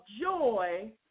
joy